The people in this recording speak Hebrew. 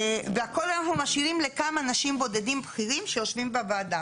והכל אנחנו משאירים לכמה אנשים בודדים בכירים שיושבים בוועדה.